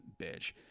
bitch